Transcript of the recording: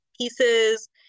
pieces